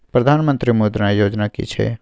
प्रधानमंत्री मुद्रा योजना कि छिए?